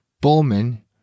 Bowman